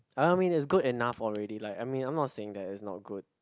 I don't mean it's good enough already like I mean I'm not saying that it's not good